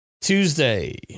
Tuesday